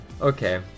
Okay